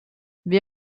wir